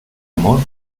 amor